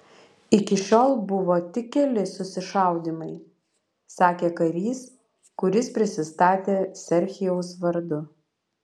iki šiol buvo tik keli susišaudymai sakė karys kuris prisistatė serhijaus vardu